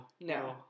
No